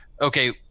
Okay